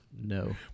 No